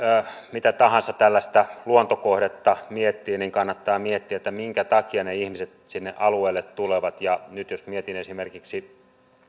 mitä tahansa tällaista luontokohdetta miettii niin kannattaa miettiä minkä takia ne ihmiset sinne alueelle tulevat ja nyt jos mietin esimerkiksi